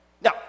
Now